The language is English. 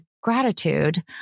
gratitude